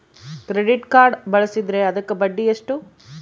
Credit card ಬಳಸಿದ್ರೇ ಅದಕ್ಕ ಬಡ್ಡಿ ಎಷ್ಟು?